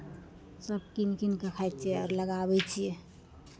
सभ कीन कीन कऽ खाइ छियै आओर लगाबै छियै